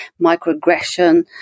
microaggression